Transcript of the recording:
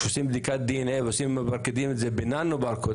ושעושים בדיקות דנ"א וממרקדים את זה בננו ברקוד.